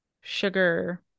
Sugar